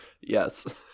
Yes